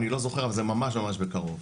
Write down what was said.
אני לא זוכר אבל זה ממש ממש בקרוב.